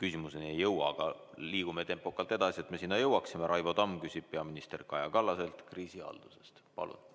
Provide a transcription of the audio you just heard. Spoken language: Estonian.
küsimuseni ei jõua. Aga liigume tempokalt edasi, et me sinna jõuaksime. Raivo Tamm küsib peaminister Kaja Kallaselt kriisihalduse kohta. Palun!